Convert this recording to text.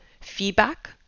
feedback